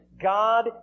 God